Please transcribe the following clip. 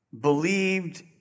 believed